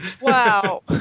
wow